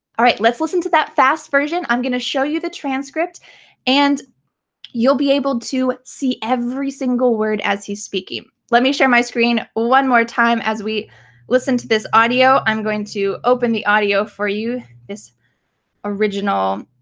alright, let's listen to that fast version. i'm gonna show you the transcript and you'll be able to see every single word as he's speaking. let me share my screen one more time as we listen to this audio. i'm going to open the audio for you. this original